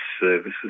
services